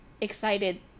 excited